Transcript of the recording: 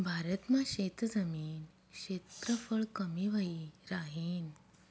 भारत मा शेतजमीन क्षेत्रफळ कमी व्हयी राहीन